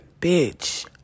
bitch